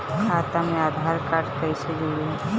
खाता मे आधार कार्ड कईसे जुड़ि?